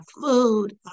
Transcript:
food